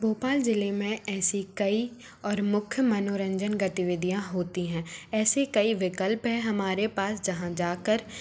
भोपाल जिले में ऐसी कई और मुख्य मनोरंजन गतिविधियां होती हैं ऐसे कई विकल्प हैं हमारे पास जहाँ जाकर